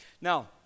Now